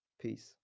peace